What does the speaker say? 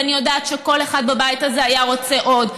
ואני יודעת שכל אחד בבית הזה היה רוצה עוד.